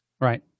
Right